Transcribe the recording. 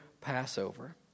Passover